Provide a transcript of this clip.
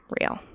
real